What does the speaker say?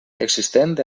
existent